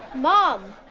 mom,